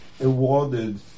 awarded